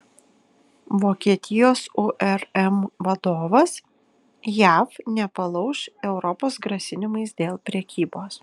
vokietijos urm vadovas jav nepalauš europos grasinimais dėl prekybos